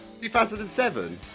2007